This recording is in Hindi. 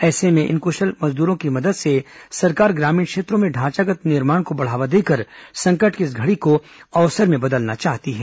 ऐसे में इन कुशल मजदूरों की मदद से सरकार ग्रामीण क्षेत्रों में ढांचागत निर्माण को बढ़ावा देकर संकट की इस घड़ी को अवसर में बदलना चाहती है